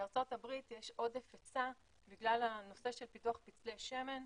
בארצות הברית יש עודף היצע בגלל הנושא של פיתוח פצלי שמן,